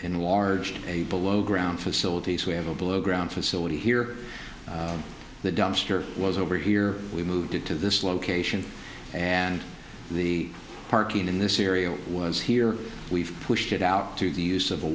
below ground facilities we have a below ground facility here the dumpster was over here we moved it to this location and the parking in this area was here we've pushed it out to the use of a